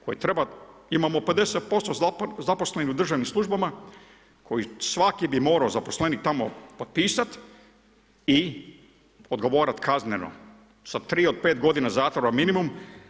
Koje treba, imamo 50% zaposlenih u državnim službama koji svaki bi morao zaposlenik tamo potpisati i odgovarati kazneno sa 3 do 5 godina zatvora minimum.